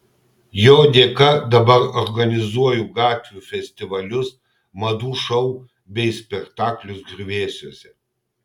jo dėka dabar organizuoju gatvių festivalius madų šou bei spektaklius griuvėsiuose